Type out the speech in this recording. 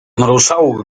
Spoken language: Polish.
naruszałoby